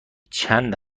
چند